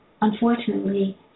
unfortunately